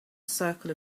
circle